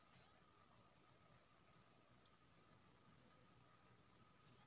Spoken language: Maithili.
टर्म लोन आ सी.सी म ब्याज के हिसाब से फायदेमंद कोन रहते?